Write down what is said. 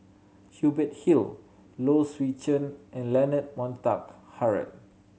Hubert Hill Low Swee Chen and Leonard Montague Harrod